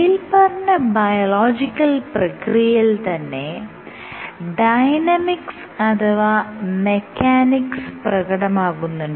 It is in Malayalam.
മേല്പറഞ്ഞ ബയളോജിക്കൽ പ്രക്രിയയിൽ തന്നെ ഡൈനാമിക്സ് അഥവാ മെക്കാനിക്സ് പ്രകടമാകുന്നുണ്ട്